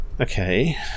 Okay